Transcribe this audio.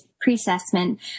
pre-assessment